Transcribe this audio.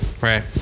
right